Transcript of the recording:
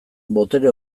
botere